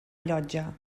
llotja